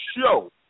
show